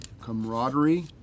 camaraderie